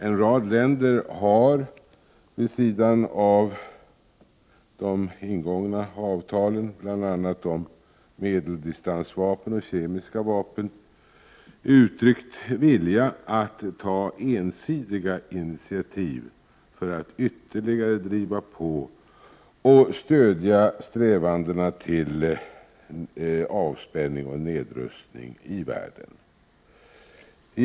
En rad länder har, vid sidan av de ingångna avtalen, bl.a. om medeldistansvapen och kemiska vapen, uttryckt vilja att ta ensidiga initiativ för att ytterligare driva på och stödja strävandena till avspänning och nedrustning i världen.